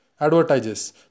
Advertises